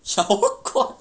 妖怪